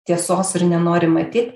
tiesos ir nenori matyt